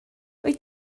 wyt